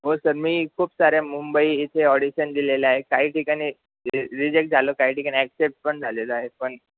हो सर मी खूप साऱ्या मुंबई इथे ऑडिशन दिलेलं आहे काही ठिकाणी रि रिजेक्ट झालो काही ठिकाणी ॲक्सेप्ट पण झालेलो आहे पण